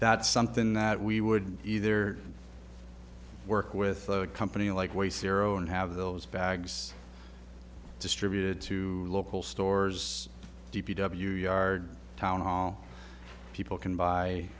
that something that we would either work with a company like waste zero and have those bags distributed to local stores d p w yard town all people can buy